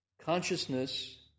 Consciousness